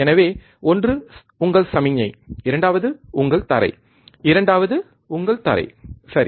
எனவே ஒன்று உங்கள் சமிக்ஞை இரண்டாவது உங்கள் தரை இரண்டாவது உங்கள் தரை சரி